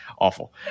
awful